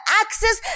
access